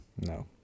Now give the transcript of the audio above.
No